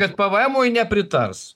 kad pvmui nepritars